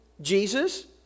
Jesus